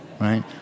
right